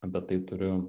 apie tai turiu